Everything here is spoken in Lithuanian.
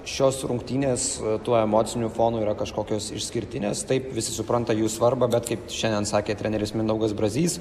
šios rungtynės tuo emociniu fonu yra kažkokios išskirtinės taip visi supranta jų svarbą bet kaip šiandien sakė treneris mindaugas brazys